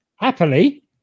Happily